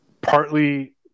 Partly